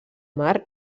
mar